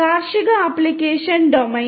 കാർഷിക ആപ്ലിക്കേഷൻ ഡൊമെയ്നിൽ